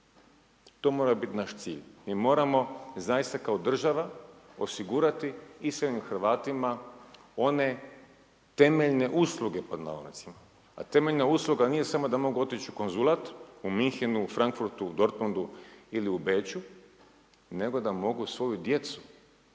To mora biti naš cilj, mi moramo zaista kao država osigurati iseljenim Hrvatima one temeljne usluge pod navodnicima. A temeljna usluga nije samo da mogu otići u konzulat, u Minchenu, Frankfurtu, Dortmuntu ili u Beču, nego da mogu svoju djecu